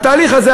התהליך הזה,